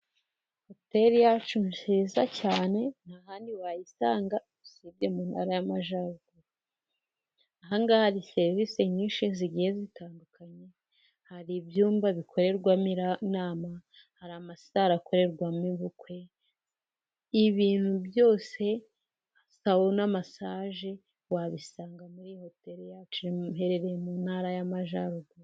Hoteli yacu nziza cyane nta handi wayisanga usibye mu ntara y'amajyaruguru. Ahangaha hari serivisi nyinshi zigiye zitandukanye hari ibyumba bikorerwamo inama, hari amasare akorerwamo ubukwe, ibintu byose sawunamasage wabisanga muri iyi hoteli yacu iherereye mu ntara y'amajyaruguru.